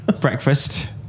breakfast